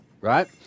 right